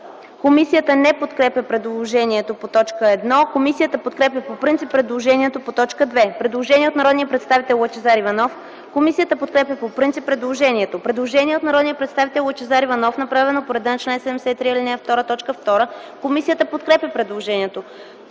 Комисията не подкрепя предложението по т. 1. Комисията подкрепя по принцип предложението по т. 2. Има предложение от народния представител Лъчезар Иванов. Комисията подкрепя по принцип предложението. Има предложение от народния представител Лъчезар Иванов, направено по реда на чл. 73, ал. 2, т. 2. Комисията подкрепя предложението.